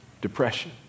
Depression